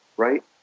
right,